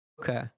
okay